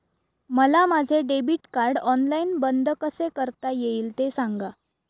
मला माझे debit card online बंद कसे करता येईल, ते सांगा